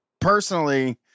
personally